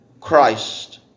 Christ